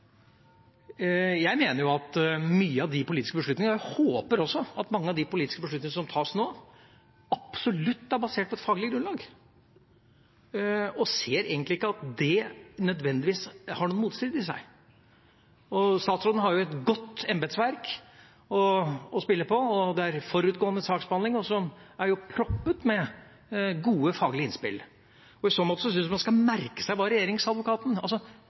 og håper også – at mange av de politiske beslutningene som tas nå, absolutt er basert på et faglig grunnlag og ser egentlig ikke at det nødvendigvis har noen motstrid i seg. Statsråden har et godt embetsverk å spille på, og det er forutgående saksbehandling, så det er proppet med gode faglige innspill. I så måte syns jeg man skal merke seg hva Regjeringsadvokaten – altså